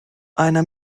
einer